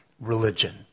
religion